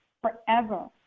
forever